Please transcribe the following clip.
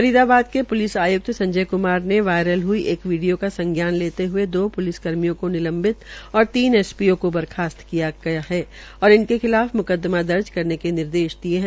फरीदाबाद के प्लिस आय्क्त संजय क्मार ने वायरल हई एक वीडियो का संज्ञान लेने हये दो पुलिस कर्मियों को निलंबित और तीन एसपीओ को बर्खास्त कर दिया है और इनके खिलाफ मुकदमा दर्ज करने के निर्देश दिये है